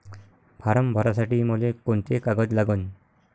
Form भरासाठी मले कोंते कागद लागन?